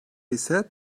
ise